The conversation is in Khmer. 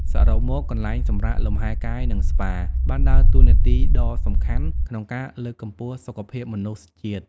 សរុបមក កន្លែងសម្រាកលំហែកាយ និងស្ប៉ាបានដើរតួនាទីដ៏សំខាន់ក្នុងការលើកកម្ពស់សុខភាពមនុស្សជាតិ។